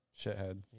Shithead